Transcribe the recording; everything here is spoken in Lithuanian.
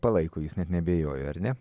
palaiko jus net neabejoju ar ne